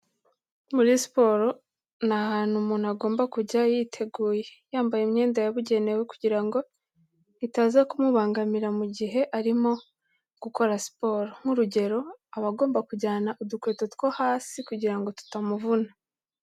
Muri siporo ni ahantu umuntu agomba kujya yiteguye, yambaye imyenda yabugenewe kugira ngo itaza kumubangamira mu gihe arimo gukora siporo, nk'urugero aba agomba kujyana udukweto two hasi kugira ngo tutamuvuna.